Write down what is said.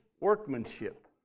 workmanship